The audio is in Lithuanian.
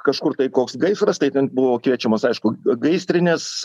kažkur tai koks gaisras tai ten buvo kviečiamos aišku gaisrinės